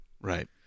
Right